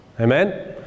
amen